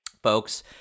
folks